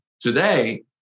today